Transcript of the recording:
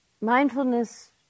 mindfulness